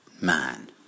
man